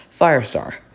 Firestar